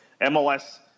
MLS